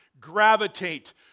gravitate